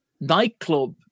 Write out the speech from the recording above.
nightclub